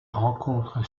rencontre